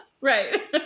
Right